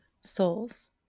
souls